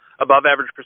above-average